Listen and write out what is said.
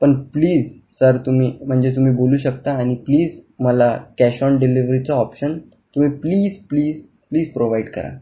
पण please sir तुम्ही म्हणजे तुम्ही बोलू शकता आणि प्लिज मला कॅश ऑन डिलिव्हरीचा ऑप्शन तुम्ही प्लिज प्लिज प्लिज प्रोव्हाइड करा